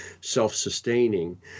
self-sustaining